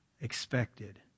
expected